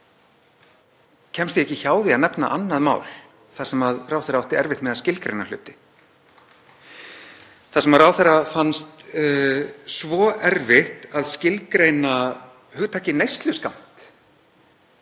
Þá kemst ég ekki hjá því að nefna annað mál þar sem ráðherra átti erfitt með að skilgreina hluti, þar sem ráðherra fannst svo erfitt að skilgreina hugtakið neysluskammt,